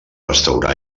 restaurar